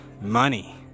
Money